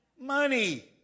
Money